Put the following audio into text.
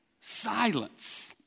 silence